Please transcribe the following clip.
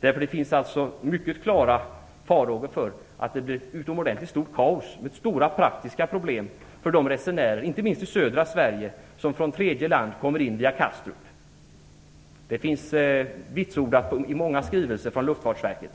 Det finns mycket klara farhågor för att det blir ett utomordentligt stort kaos med stora praktiska problem för de resenärer, inte minst i södra Sverige, som från tredje land kommer in via Kastrup. Det finns vitsordat i många skrivelser från Luftfartsverket.